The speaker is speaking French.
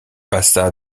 passa